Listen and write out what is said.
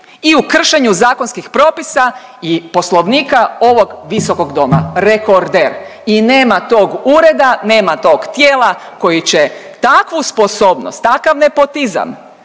i u kršenju zakonskih propisa i Poslovnika ovog Visokog doma, rekorder. I nema tog ureda, nema tog tijela koji će takvu sposobnost, takav nepotizam,